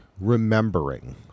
remembering